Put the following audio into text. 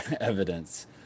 evidence